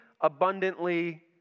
abundantly